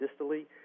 distally